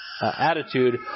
attitude